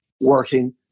working